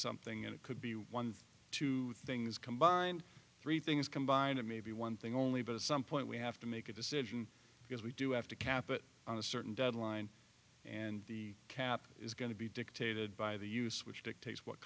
something and it could be one of two things combined three things combined maybe one thing only but at some point we have to make a decision because we do have to cap it on a certain deadline and the cap is going to be dictated by the use which dictates what